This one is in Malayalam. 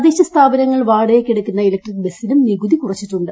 തദ്ദേശ സ്ഥാപനങ്ങൾ വാടക്ടയ്ക്കെടുക്കുന്ന ഇലക്ട്രിക് ബസ്സിനും നികുതി കുറച്ചിട്ടുണ്ട്